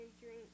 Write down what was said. drink